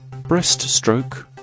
breaststroke